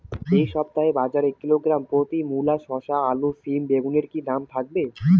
এই সপ্তাহে বাজারে কিলোগ্রাম প্রতি মূলা শসা আলু সিম বেগুনের কী দাম থাকবে?